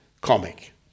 comic